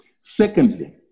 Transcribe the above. Secondly